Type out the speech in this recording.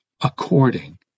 according